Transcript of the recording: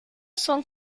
son